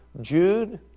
Jude